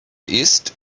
ist